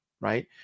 right